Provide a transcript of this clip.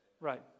Right